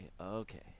okay